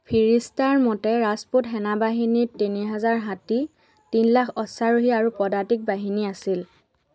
ফিৰিষ্টাৰ মতে ৰাজপুত সেনাবাহিনীত তিনি হাজাৰ হাতী তিনি লাখ অশ্বাৰোহী আৰু পদাতিক বাহিনী আছিল